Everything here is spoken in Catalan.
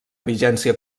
vigència